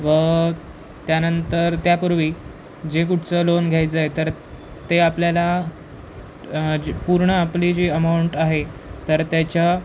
व त्यानंतर त्यापूर्वी जे कुठचं लोन घ्यायचं आहे तर ते आपल्याला जी पूर्ण आपली जी अमाऊंट आहे तर त्याच्या